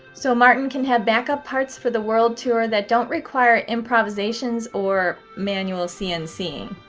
so martin can have backup parts for the world tour that don't require improvisations or. manual cnc-ing.